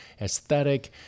aesthetic